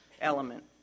element